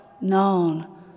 known